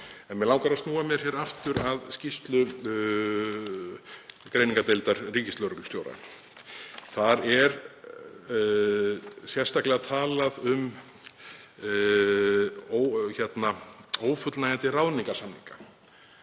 Mig langar að snúa mér aftur að skýrslu greiningardeildar ríkislögreglustjóra. Þar er sérstaklega talað um ófullnægjandi ráðningarsamninga